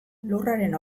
lurraren